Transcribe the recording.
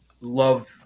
love